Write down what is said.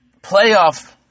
playoff